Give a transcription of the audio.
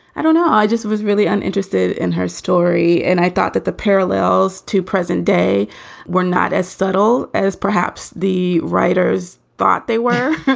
i don't know. i just was really uninterested in her story. and i thought that the parallels to present day were not as subtle as perhaps the writers thought they were